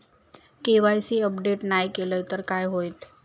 KYC update नाय केलय तर काय होईत?